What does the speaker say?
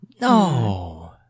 No